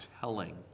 telling